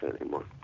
anymore